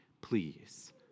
please